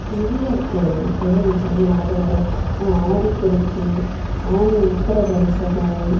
நிறைய இருக்குது இப்போ எனக்கு சரியாக நியாபகம் வரலை ஆடிப்பெருக்கு ஆணி உத்தரம் தரிசனம்